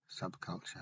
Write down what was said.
subculture